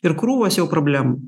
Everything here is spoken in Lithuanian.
ir krūvos jau problemų